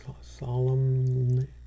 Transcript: solemnly